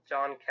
John